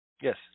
Yes